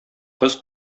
кыз